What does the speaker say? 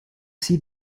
see